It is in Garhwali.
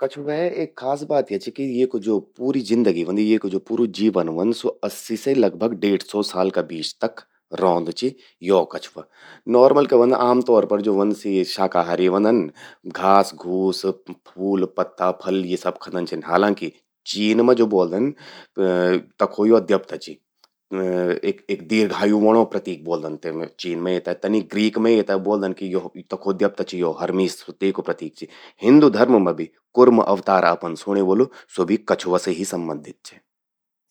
कछुवे एक खास बात या चि कि येकू ज्वो पूरी जिंदगी ह्वंदि, येकु ज्वो पूरू जीवन ह्वंद, स्वो अस्सी से डेढ़ सौ साल तक रे सकद यौ कछुआ। नॉर्मल क्या व्हंद आमतौर पर ज्वो व्हंद स्वो शाकाहारी व्हंद। घास-घूस, फूल-पत्ता यू सब खंदन छिन। हालांकि, चीन मां ज्वो ब्वोदन..तखो यो द्वब्ता चि, एक दीर्घायु ह्वोंणो प्रतीक ब्वोलदन येते। तनि ग्रीक मां येते ब्वोदन कि तखो द्यब्ता चि यो हर्मीस तेकु प्रतीक चि। हिंदू धर्म मां भी कुर्म अवतार आपन सूणी व्होलु। स्वो भी कछुआ से संबंधित चि।